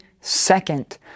second